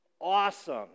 awesome